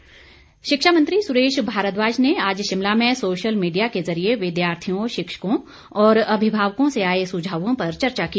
भारद्वाज शिक्षा मंत्री सुरेश भारद्वाज ने आज शिमला में सोशल मीडिया के जरिए विद्यार्थियों शिक्षकों और अभिभावकों से आए सुझावों पर चर्चा की